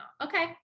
okay